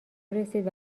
رسید